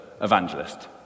evangelist